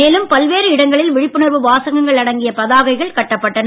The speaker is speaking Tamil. மேலும் பல்வேறு இடங்களில் விழிப்புணர்வு வாசகங்கள் அடங்கிய பதாதைகள் கட்டப்பட்டன